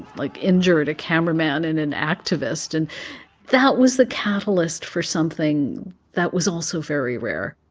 like, injured a cameraman and an activist. and that was the catalyst for something that was also very rare.